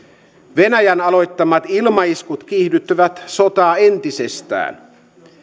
venäjän aloittamat ilmaiskut kiihdyttävät sotaa entisestään